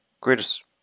greatest